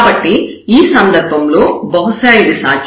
కాబట్టి ఈ సందర్భంలో బహుశా ఇది సాధ్యమే